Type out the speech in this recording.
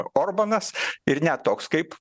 orbanas ir net toks kaip